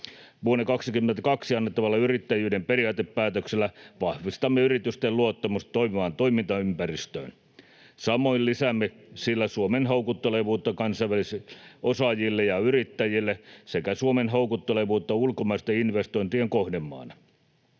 Vuonna 22 annettavalla yrittäjyyden periaatepäätöksellä vahvistamme yritysten luottamusta toimivaan toimintaympäristöön. Samoin lisäämme sillä Suomen houkuttelevuutta kansainvälisille osaajille ja yrittäjille sekä Suomen houkuttelevuutta ulkomaisten investointien kohdemaana.